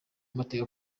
amateka